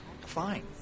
Fine